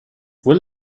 will